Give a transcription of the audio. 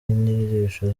inyigisho